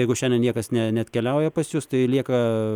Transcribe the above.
jeigu šiandien niekas ne neatkeliauja pas jus tai lieka